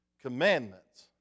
commandments